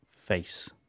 face